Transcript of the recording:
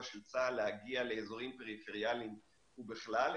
של צה"ל להגיע לאזורים פריפריאליים ובכלל,